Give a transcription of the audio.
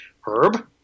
Herb